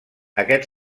aquest